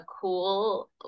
cool